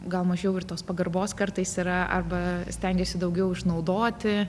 gal mažiau ir tos pagarbos kartais yra arba stengiuosi daugiau išnaudoti